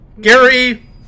Gary